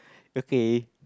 okay